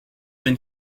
been